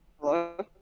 Hello